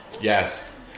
Yes